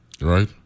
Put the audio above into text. Right